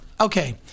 Okay